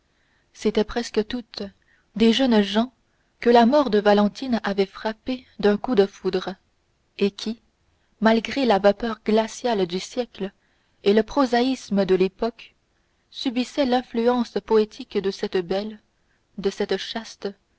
c'étaient presque tous des jeunes gens que la mort de valentine avait frappés d'un coup de foudre et qui malgré la vapeur glaciale du siècle et le prosaïsme de l'époque subissaient l'influence poétique de cette belle de cette chaste